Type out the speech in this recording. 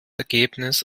ergebnis